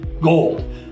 gold